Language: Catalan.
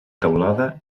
teulada